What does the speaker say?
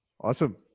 Awesome